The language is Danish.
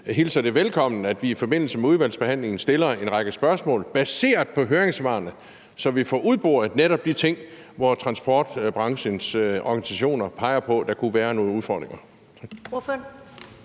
hilser det velkommen, at vi i forbindelse med udvalgsbehandlingen stiller en række spørgsmål baseret på høringssvarene, så vi får udboret netop de ting, som transportbranchens organisationer peger på at der kunne være nogle udfordringer